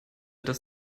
dass